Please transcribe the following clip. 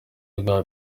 bwahawe